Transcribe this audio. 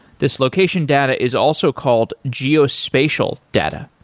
this location data is also called geospatial data.